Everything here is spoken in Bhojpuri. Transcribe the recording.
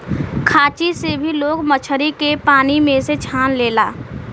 खांची से भी लोग मछरी के पानी में से छान लेला